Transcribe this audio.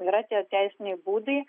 yra tie teisiniai būdai